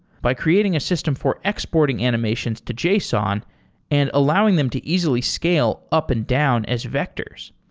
by creating a system for exporting animations to json and allowing them to easily scale up and down as vectors.